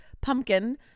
pumpkin